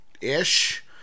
ish